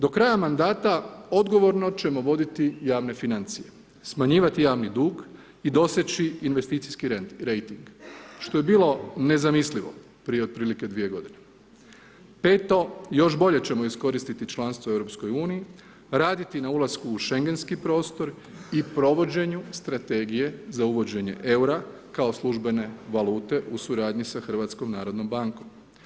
Do kraja mandata, odgovorno ćemo voditi javne financije, smanjivati javni dug i doseći investiciji rejting, što je bilo nezamislivo prije otprilike 2 g. Peto, još bolje ćemo iskoristit članstvo u EU, raditi na ulasku u Schengenski prostor i provođenju strategije za uvođenje eura kao službene valute u suradnji sa HNB-om.